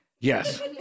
Yes